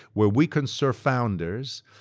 where we can serve founders,